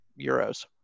euros